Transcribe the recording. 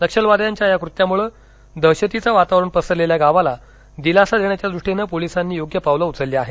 नक्षलवाद्यांच्या या कृत्यामुळे दहशतीचं वातावरण पसरलेल्या गावाला दिलासा देण्याच्या द्रष्टीनं पोलिसांनी योग्य पावलं उचलली आहेत